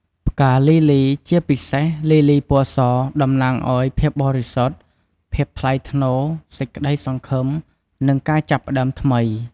ផ្កាលីលី ជាពិសេសលីលីពណ៌ស តំណាងឲ្យ ភាពបរិសុទ្ធ ភាពថ្លៃថ្នូរ សេចក្តីសង្ឃឹម និង ការចាប់ផ្តើមថ្មី។